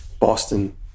Boston